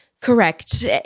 Correct